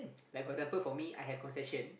like for example for me I have concession